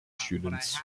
students